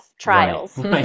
trials